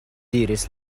diris